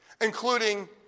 including